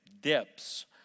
depths